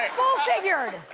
full-figured!